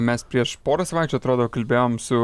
mes prieš porą savaičių atrodo kalbėjom su